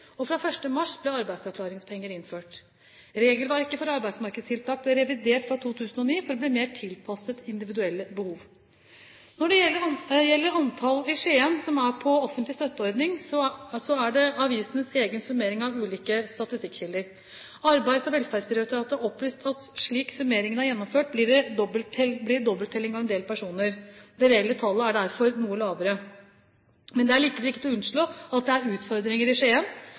og fra 1. mars ble arbeidsavklaringspenger innført. Regelverket for arbeidsmarkedstiltak ble revidert fra 2009 for å bli mer tilpasset individuelle behov. Når det gjelder antallet i Skien som er på en offentlig støtteordning, er det avisens egen summering av ulike statistikkilder. Arbeids- og velferdsdirektoratet har opplyst at slik summeringen er gjennomført, blir det dobbelttelling av en del personer. Det reelle tallet er derfor noe lavere. Det er likevel ikke til å unnslå at det er utfordringer i